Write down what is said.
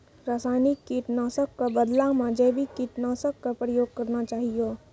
रासायनिक कीट नाशक कॅ बदला मॅ जैविक कीटनाशक कॅ प्रयोग करना चाहियो